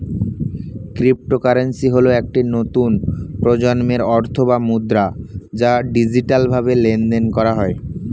cryptocurrency হল একটি নতুন প্রজন্মের অর্থ বা মুদ্রা যা ডিজিটালভাবে লেনদেন করা হয়